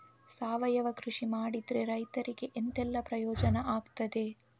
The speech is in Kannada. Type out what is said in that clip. ಸಾವಯವ ಕೃಷಿ ಮಾಡಿದ್ರೆ ರೈತರಿಗೆ ಎಂತೆಲ್ಲ ಪ್ರಯೋಜನ ಆಗ್ತದೆ?